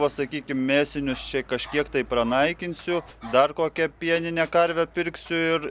va sakykim mėsinius čia kažkiek tai pranaikinsiu dar kokią pieninę karvę pirksiu ir